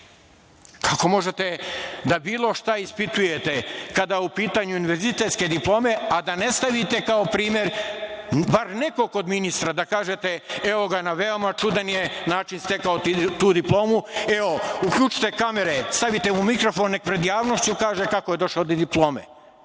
možete da bilo šta ispitujete kada su u pitanju univerzitetske diplome, a da ne stavite kao primer bar nekog od ministra da kažete - evo ga, na veoma čudan je način stekao tu diplomu, evo, uključite kamere, stavite u mikrofon, neka pred javnošću kaže kako je došao do diplome.